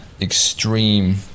Extreme